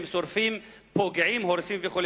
הם שורפים, פוגעים, הורסים וכו'.